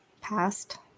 passed